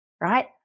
Right